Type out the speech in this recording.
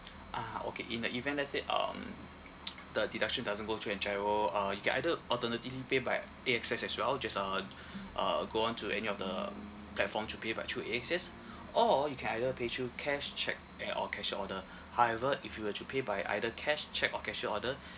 ah okay in the event let's say um the deduction doesn't go through in GIRO uh you can either alternatively pay by A_X_S as well just uh uh go on to any of the platform to pay by through A_X_S or you can either pay through cash cheque and or cashier order however if you were to pay by either cash cheque or cashier order